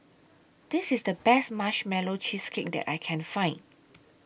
This IS The Best Marshmallow Cheesecake that I Can Find